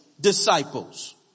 disciples